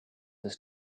his